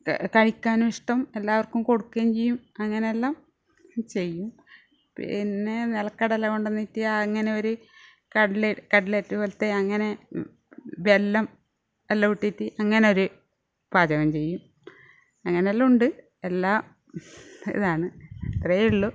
കഴിക്കാനിഷ്ടം എല്ലാവർക്കും കൊടുക്കുകയും ചെയ്യും അങ്ങനെല്ലാം ചെയ്യും പിന്നെ നിലക്കടല കൊണ്ട് വന്നിട്ട് അങ്ങനെ ഒരു കട്ലേ കട്ലെറ്റ് പോലത്തെ അങ്ങനെ വെല്ലം എല്ലാം ഇട്ടീട്ട് അങ്ങനെ ഒരു പാചകം ചെയ്യും അങ്ങനെല്ലാം ഉണ്ട് എല്ലാം ഇതാണ് അത്രയെ ഉള്ളു